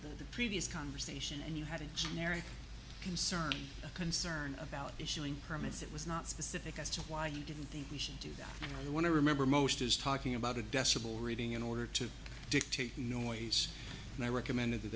that the previous conversation and you had a generic concern a concern about issuing permits it was not specific as to why you didn't think we should do that you know the one i remember most is talking about addressable reading in order to dictate the noise and i recommended